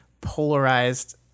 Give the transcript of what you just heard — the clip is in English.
polarized